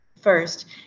First